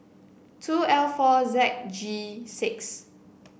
two L four Z G six